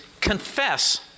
confess